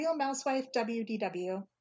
RealMouseWifeWDW